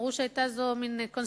אמרו שזו היתה מין קונספירציה,